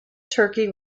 turkey